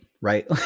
right